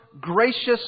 gracious